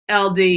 LD